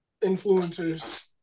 influencers